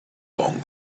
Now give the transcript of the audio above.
along